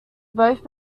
both